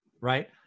right